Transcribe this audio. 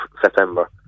September